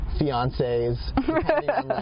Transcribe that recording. fiancés